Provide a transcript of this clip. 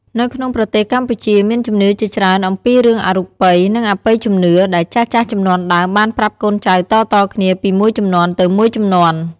នៅក្នុងប្រទេសកម្ពុជា មានជំនឿជាច្រើនអំពីរឿងអរូបី និងអបិយជំនឿ ដែលចាស់ៗជំនាន់ដើមបានប្រាប់កូនចៅតៗគ្នាពីមួយជំនាន់ទៅមួយជំនាន់។